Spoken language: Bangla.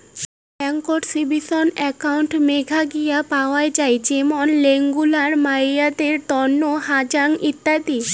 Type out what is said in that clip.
বেংকত সেভিংস একাউন্ট মেলাগিলা পাওয়াং যাই যেমন রেগুলার, মাইয়াদের তন্ন, হারং ইত্যাদি